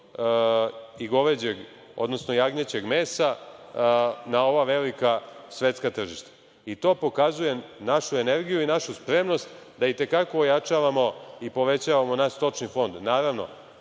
i goveđeg, odnosno jagnjećeg mesa na ova velika svetska tržišta. To pokazuje našu energiju i našu spremnost da i te kako ojačavamo i povećavamo naš stočni fond.